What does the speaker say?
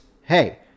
hey